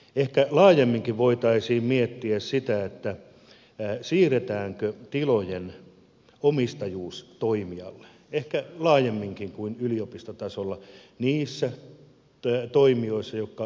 ehkä laajemminkin voitaisiin miettiä sitä siirretäänkö tilojen omistajuus toimijalle ehkä laajemminkin kuin yliopistotasolla niissä toimitiloissa jotka viranomaistarkoitukseen tehdään